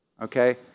Okay